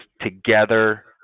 together